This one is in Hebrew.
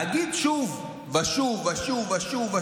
להגיד שוב ושוב ושוב,